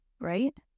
right